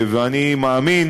ואני מאמין